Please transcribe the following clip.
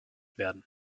werden